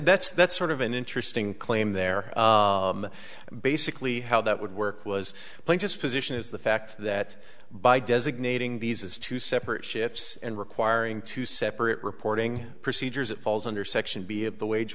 that's that's sort of an interesting claim there basically how that would work was plain just position is the fact that by designating these as two separate ships and requiring two separate reporting procedures it falls under section b of the wage